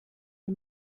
est